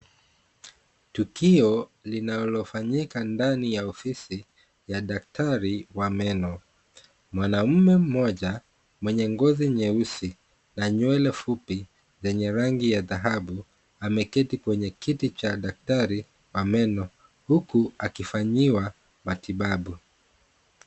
Tukio linalofanyíka ndani ya ofisi ya daktari wa meno, mwanaume mmoja mwenye ngozi nyeusi na nywele fupi zenye rangi ya dhahabu ameketi kwenye kiti cha daktari wa meno huku akifanyiwa matibabu.